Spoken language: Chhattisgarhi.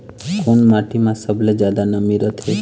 कोन माटी म सबले जादा नमी रथे?